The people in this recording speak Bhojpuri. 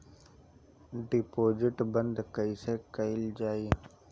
डिपोजिट बंद कैसे कैल जाइ?